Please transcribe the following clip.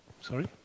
Sorry